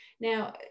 now